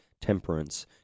temperance